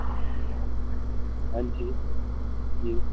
आं जी जी